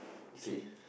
see